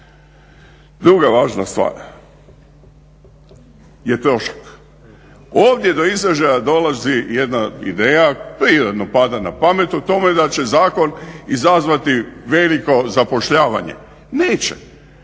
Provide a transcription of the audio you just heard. Druga važna stvar je trošak. Ovdje do izražaja dolazi jedna ideja, prirodno pada na pamet, o tome da će zakon izazvati veliko zapošljavanje. Neće,